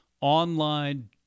online